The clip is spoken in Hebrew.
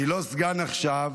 אני לא סגן עכשיו,